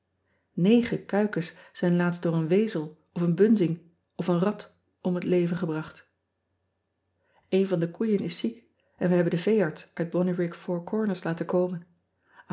egen kuikens zijn luatst door een wezel of een bunzing of een rat om het leven gebracht ean ebster adertje angbeen en van de koeien is ziek en we hebben den veearts uit onnyrigg our orners laten komen